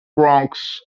bronx